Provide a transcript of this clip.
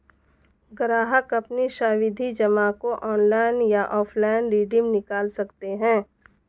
ग्राहक अपनी सावधि जमा को ऑनलाइन या ऑफलाइन रिडीम निकाल सकते है